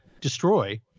destroy